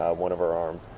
one of her arms.